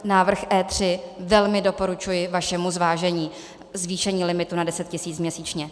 Návrh E3 velmi doporučuji vašemu zvážení zvýšení limitu na 10 tisíc měsíčně.